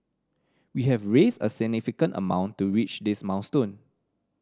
we have raised a significant amount to reach this milestone